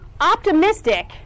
optimistic